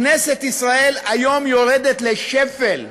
כנסת ישראל היום יורדת לשפל,